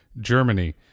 Germany